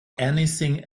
anything